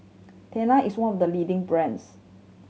Tena is one of the leading brands